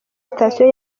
stasiyo